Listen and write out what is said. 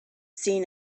seen